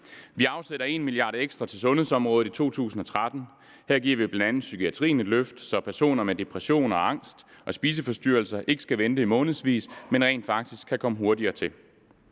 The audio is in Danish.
Vi afsætter 1 mia. kr. ekstra til sundhedsområdet i 2013. Her giver vi bl.a. psykiatrien et løft, så personer med depression og angst og spiseforstyrrelse ikke skal vente i månedsvis, men rent faktisk kan komme hurtigere til.